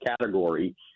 category